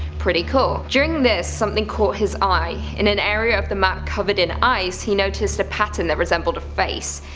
pretty cool. during this something caught his eye, in an area of the map covered in ice, he noticed a pattern that resembled a face.